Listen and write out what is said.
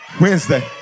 Wednesday